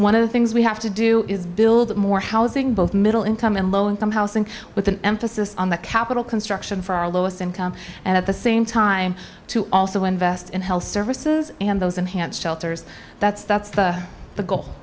one of the things we have to do is build more housing both middle income and low income housing with an emphasis on the capital construction for our lowest income and at the same time to also invest in health services and those enhanced shelters that's that's the goal